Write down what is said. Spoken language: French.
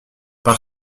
par